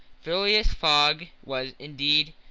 phileas fogg was, indeed,